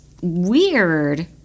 weird